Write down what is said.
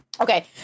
Okay